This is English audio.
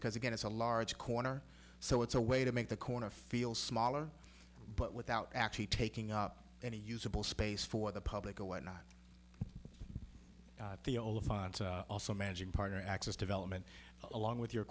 because again it's a large corner so it's a way to make the corner feel smaller but without actually taking up any usable space for the public or what not also managing partner access development along with your